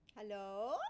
Hello